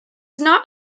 not